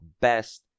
best